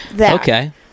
Okay